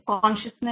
consciousness